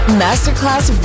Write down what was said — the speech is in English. masterclass